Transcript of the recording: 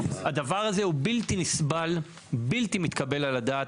הדבר הזה הוא בלתי נסבל, בלתי מתקבל על הדעת.